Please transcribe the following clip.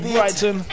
Brighton